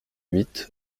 huit